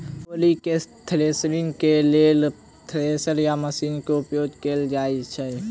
तोरी केँ थ्रेसरिंग केँ लेल केँ थ्रेसर या मशीन केँ प्रयोग कैल जाएँ छैय?